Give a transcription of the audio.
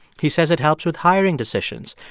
he says it helps with hiring decisions.